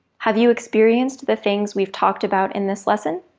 have you experienced the things we've talked about in this lesson?